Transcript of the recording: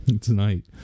tonight